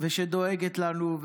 שדואגת לנו,